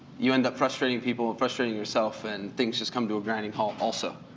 you end up frustrating people and frustrating yourself, and things just come to a grinding halt also.